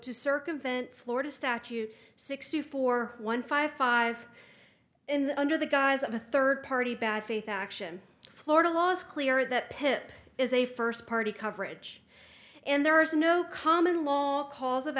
to circumvent florida statute sixty four one five five in the under the guise of a third party bad faith action florida law is clear that pip is a first party coverage and there is no common law cause of